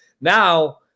Now